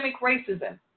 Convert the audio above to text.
racism